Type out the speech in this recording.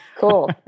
Cool